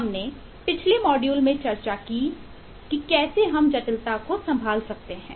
हमने पिछले मॉड्यूल में चर्चा की कैसे हम जटिलता को संभाल सकते हैं